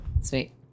sweet